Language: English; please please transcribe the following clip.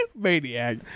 Maniac